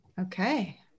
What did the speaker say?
Okay